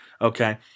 Okay